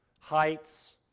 heights